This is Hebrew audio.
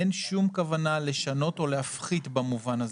אין שום כוונה לשנות או להפחית במובן הזה,